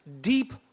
deep